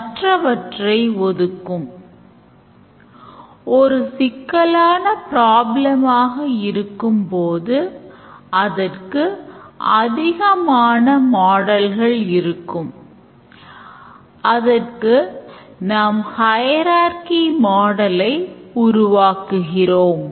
எனவே use caseசை ஆவணப்படுத்த சில temlplatesஐப் பார்த்தோம் ஆனால் UML அதே தரத்தை பின்பற்றாமல் இருப்பதில் நெகிழ்வுத்தன்மையை அளிக்கிறது